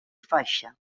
faixa